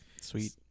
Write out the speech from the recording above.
Sweet